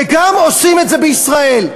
וגם עושים את זה בישראל.